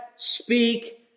Speak